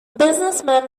businessman